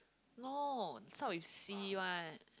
no start with C one